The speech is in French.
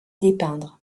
dépeindre